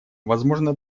возможно